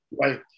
right